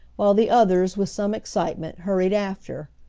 while the others, with some excitement, hurried after.